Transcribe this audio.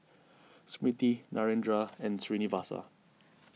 Smriti Narendra and Srinivasa